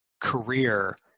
career